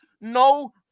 no